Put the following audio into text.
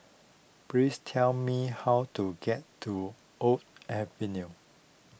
please tell me how to get to Oak Avenue